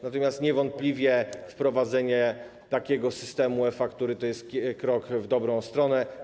Natomiast niewątpliwie wprowadzenie takiego systemu e-faktur to jest krok w dobrą stronę.